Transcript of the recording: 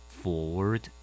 forward